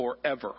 forever